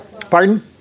Pardon